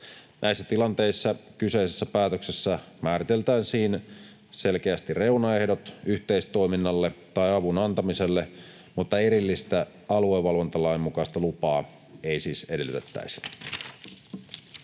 Näissä tilanteissa kyseisessä päätöksessä määriteltäisiin selkeästi reunaehdot yhteistoiminnalle tai avun antamiselle, mutta erillistä aluevalvontalain mukaista lupaa ei siis edellytettäisi.